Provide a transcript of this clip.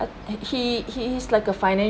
he he he's like a financ~